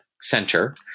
Center